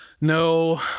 No